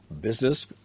business